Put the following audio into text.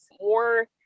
more